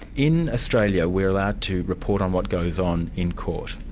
in australia, we're allowed to report on what goes on in court.